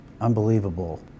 unbelievable